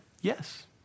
Yes